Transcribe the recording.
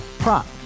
Prop